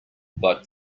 but